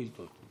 אלה לא שאילתות.